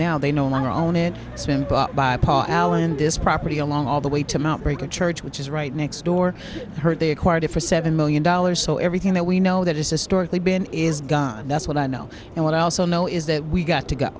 now they no longer own it it's been bought by paul allen this property along all the way to mt break a church which is right next door heard they acquired it for seven million dollars so everything that we know that it's historically been is gone and that's what i know and what i also know is that we got to go